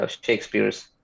Shakespeare's